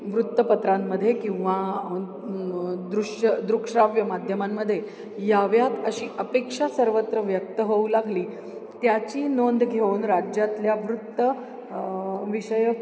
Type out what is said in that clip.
वृत्तपत्रांमध्ये किंवा दृश्य दृकश्राव्य माध्यमांमध्ये याव्यात अशी अपेक्षा सर्वत्र व्यक्त होऊ लागली त्याची नोंद घेऊन राज्यातल्या वृत्त विषयक